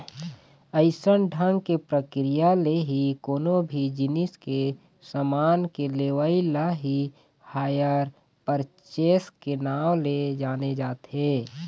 अइसन ढंग के प्रक्रिया ले ही कोनो भी जिनिस के समान के लेवई ल ही हायर परचेस के नांव ले जाने जाथे